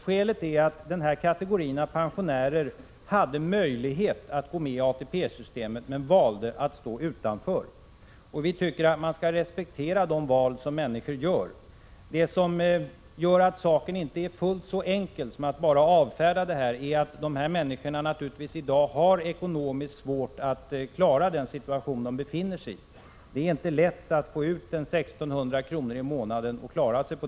Skälet är att denna kategori pensionärer hade möjlighet att gå med i ATP-systemet men valde att stå utanför. Vi tycker att man skall respektera de val som människor gör. Men saken är inte fullt så enkel att lösa som att bara avfärda deras begäran, eftersom dessa människor naturligtvis i dag har ekonomiskt svårt att klara sin situation. Det är inte så lätt att klara sig på 1 600 kr. i månaden.